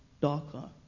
darker